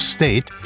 State